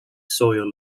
soil